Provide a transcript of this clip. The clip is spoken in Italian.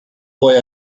poi